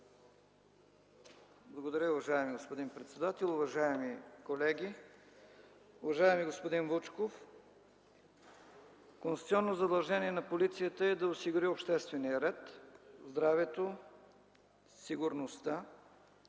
Благодаря Ви, уважаеми господин председател. Уважаеми колеги! Уважаеми господин Вучков, конституционно задължение на полицията е да осигури обществения ред, здравето, сигурността,